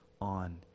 on